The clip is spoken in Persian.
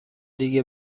دیگه